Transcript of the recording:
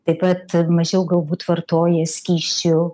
taip pat mažiau galbūt vartoja skysčių